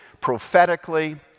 prophetically